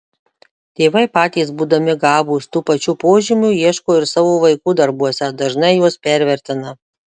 tėvai patys būdami gabūs tų pačių požymių ieško ir savo vaikų darbuose dažnai juos pervertina